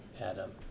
Adam